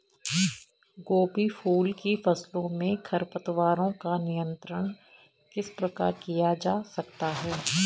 गोभी फूल की फसलों में खरपतवारों का नियंत्रण किस प्रकार किया जा सकता है?